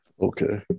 Okay